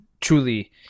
truly